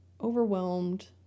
overwhelmed